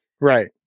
Right